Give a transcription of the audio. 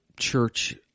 church